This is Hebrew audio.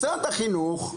משרד החינוך,